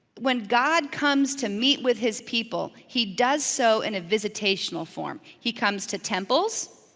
when god comes to meet with his people, he does so in a visitational form. he comes to temples,